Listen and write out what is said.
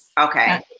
Okay